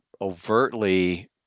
overtly